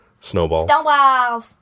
snowball